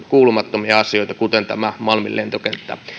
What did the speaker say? kuulumattomia asioita kuten tätä malmin lentokenttä